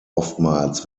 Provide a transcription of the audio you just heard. oftmals